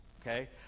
okay